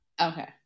Okay